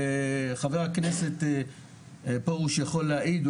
וח"כ פרוש יכול להעיד,